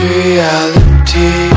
reality